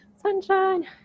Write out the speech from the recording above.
Sunshine